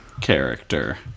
...character